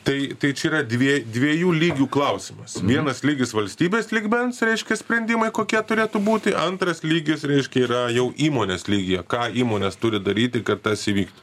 tai tai čia yra dvie dviejų lygių klausimas vienas lygis valstybės lygmens reiškia sprendimai kokie turėtų būti antras lygis reiškia yra jau įmonės lygyje ką įmonės turi daryti kad tas įvykt